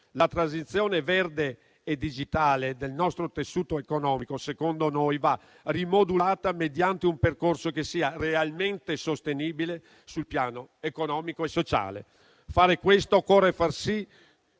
La transizione verde e digitale del nostro tessuto economico, secondo noi, va rimodulata mediante un percorso che sia realmente sostenibile sul piano economico e sociale. Per fare questo occorre far sì